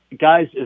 guys